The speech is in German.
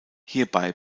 hierbei